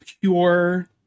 pure